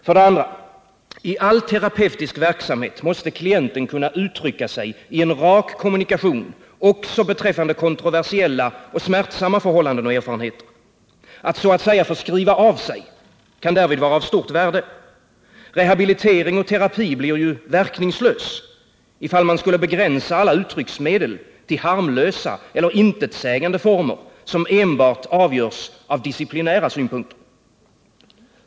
För det andra: Klienten måste i all terapeutisk verksamhet kunna uttrycka sig i en rak kommunikation också beträffande kontroversiella och smärtsamma förhållanden och erfarenheter. Att så att säga få skriva av sig kan därvid vara av stort värde. Rehabilitering och terapi blir ju verkningslösa, om man skulle begränsa alla uttrycksmedel till harmlösa eller intetsägande former, som enbart avgörs av disciplinära synpunkter.